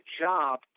job